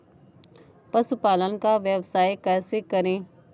पशुपालन का व्यवसाय कैसे करें?